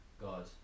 god